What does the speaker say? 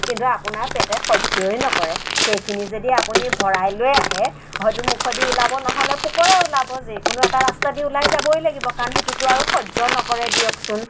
কিন্তু আপোনাৰ পেটে সহ্যয়েই নকৰে সেইখিনি যদি আপুনি ভৰাই লৈ আহে হয়তো মুখেদি ওলাব নহ'লে পকৰে ওলাব যিকোনো এটা ৰাস্তাইদি ওলাই যাবই লাগিব কাৰণ সেইটো আৰু সহ্য নকৰে দিয়কচোন